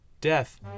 death